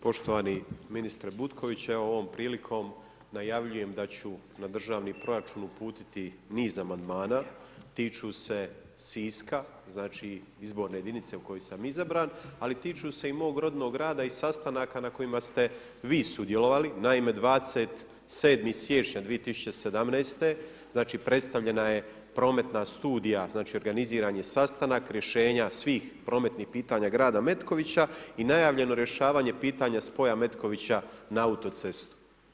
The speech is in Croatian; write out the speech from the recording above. Poštovani ministre Butković, evo ovom prilikom najavljujem da ću na državni proračun uputiti niz amandmana tiču se Siska znači izborne jedinice u kojoj sam izabran, ali tiču se i mog rodnog grada i sastanaka na kojima ste vi sudjelovali, naime 27. siječnja 2017. znači predstavljena je prometna studija, znači organiziran je sastanak rješenja svih prometnih pitanja grada Metkovića i najavljeno rješavanje pitanje spoja Metkovića na autocestu.